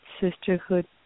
sisterhood